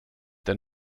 der